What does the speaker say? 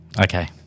Okay